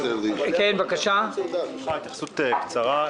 התייחסות קצרה.